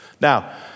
Now